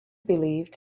believed